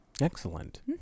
Excellent